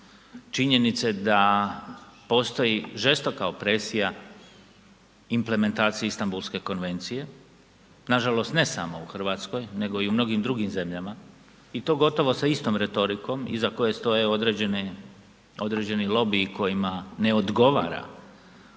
činjenice da postoji žestoka opresija implementacije Istambulske konvencije, nažalost ne samo u Hrvatskoj nego i u mnogim drugim zemljama i to gotovo sa istom retorikom iza koje stoje određeni lobiji kojima ne odgovara unapređenje